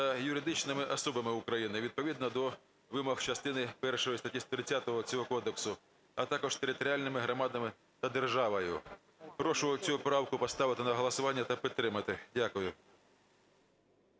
та юридичні особи України відповідно до вимог частини першої статті 130 цього Кодексу, а також територіальні громади та держава". Прошу цю правку поставити на голосування та підтримати. Дякую.